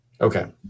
Okay